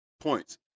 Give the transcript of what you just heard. points